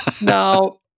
Now